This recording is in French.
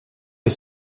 est